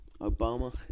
Obama